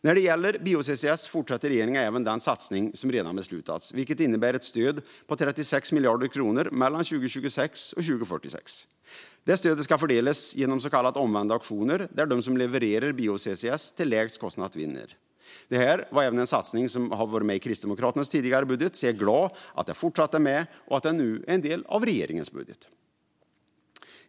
När det gäller bio-CCS fortsätter regeringen även den satsning som redan beslutats, vilket innebär ett stöd på 36 miljarder kronor mellan 2026 och 2046. Detta stöd ska fördelas genom så kallade omvända auktioner, där de som levererar bio-CCS till lägst kostnad vinner. Det här är en satsning som varit med i Kristdemokraternas budget tidigare, så jag är glad att det fortsatt är med och att det nu är en del av regeringens budget.